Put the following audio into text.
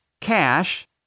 cash